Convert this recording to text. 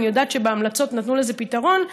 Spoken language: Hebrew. אני יודעת שבהמלצות נתנו לזה פתרון,